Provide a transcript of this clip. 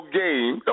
game